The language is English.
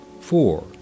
Four